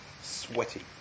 sweaty